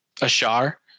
Ashar